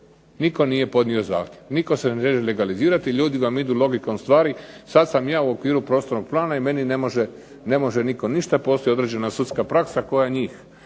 Nitko nije podnio zahtjev, nitko se ne želi legalizirati, ljudi vam idu logikom stvari sad sam ja u okviru prostornog plana i meni ne može nitko ništa, postoji određena sudska praksa koja njih